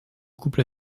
couple